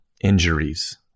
injuries